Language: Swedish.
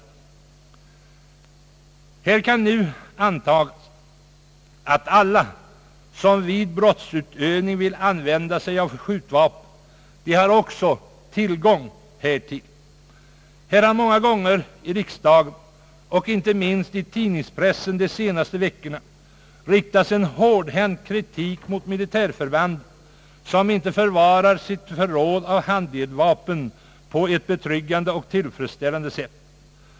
Det kan antagas att alla, som vid brottsutövning vill använda sig av skjutvapen, också har tillgång härtill. Det har många gånger i riksdagen och inte minst i tidningspressen under de senaste veckorna riktats en hårdhänt kritik mot militärförbanden, som inte förvarar sina förråd av handeldvapen på ett betryggande och tillfredsställande sätt.